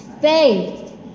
faith